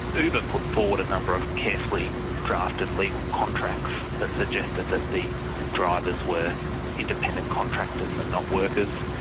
uber put forward a number of carefully drafted legal contracts that suggested that the drivers were independent contractors and not workers.